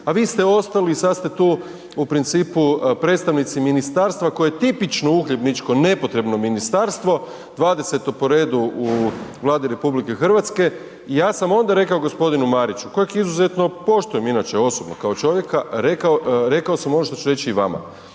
a vi ste ostali i sad ste tu u principu predstavnici ministarstva koje je tipično uhljebničko, nepotrebno ministarstvo, 20-to po redu u Vladi RH. Ja sam onda rekao g. Mariću kojeg izuzetno poštujem inače osobno kao čovjeka, rekao, rekao sam ono što ću reći i vama,